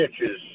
pitches